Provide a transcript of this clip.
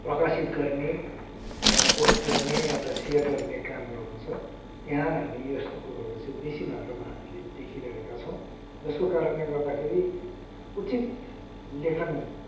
प्रकाशित गर्ने या पोस्ट गर्ने या त सेयर गर्ने कामहरू हुन्छ त्यहाँ हामी यस्तो कुरोहरू चाहिँ बेसी मात्रामा हामीले देखिरहेका छौँ जसको कारणले गर्दाखेरि उचित लेखन